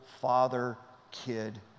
father-kid